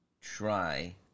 try